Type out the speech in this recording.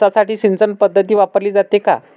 ऊसासाठी सिंचन पद्धत वापरली जाते का?